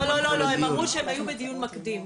לא, הם אמרו שהם היו בדיון מקדים.